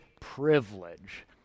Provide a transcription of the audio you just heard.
privilege